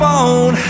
on